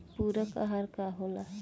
पुरक अहार का होला?